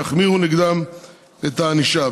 יחמירו נגדם את הענישה.